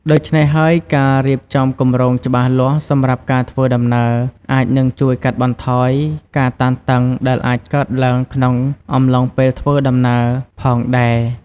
ដូច្នេះហើយការរៀបចំគម្រោងច្បាស់លាស់សម្រាប់ការធ្វើដំណើរអាចនឹងជួយកាត់បន្ថយការតានតឹងដែលអាចកើតឡើងក្នុងអំឡុងពេលធ្វើដំណើរផងដែរ។